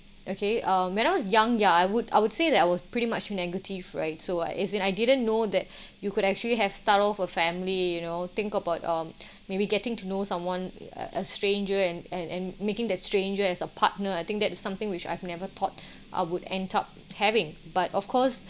okay um when I was young ya I would I would say that I was pretty much negative right so like as in I didn't know that you could actually have start of a family you know think about um maybe getting to know someone a a stranger and and and making that stranger as a partner I think that something which I've never thought I would end up having but of course